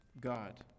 God